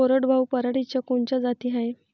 कोरडवाहू पराटीच्या कोनच्या जाती हाये?